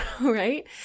Right